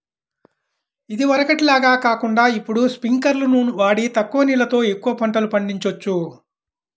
ఇదివరకటి లాగా కాకుండా ఇప్పుడు స్పింకర్లును వాడి తక్కువ నీళ్ళతో ఎక్కువ పంటలు పండిచొచ్చు